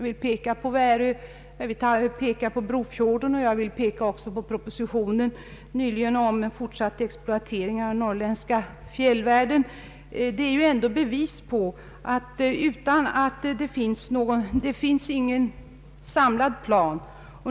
Jag kan nämna Värö och Brofjorden. Den nyligen avlämnade propositionen om fortsatt exploatering av den norrländska fjällvärlden utgör också ett bevis på vådan av att det inte finns någon samlad plan.